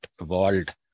evolved